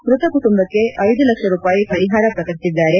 ಮ್ಬತ ಪ್ರತಿಕುಟುಂಬಕ್ಕೆ ಐದು ಲಕ್ಷ ರೂಪಾಯಿ ಪರಿಹಾರ ಪ್ರಕಟಿಸಿದ್ದಾರೆ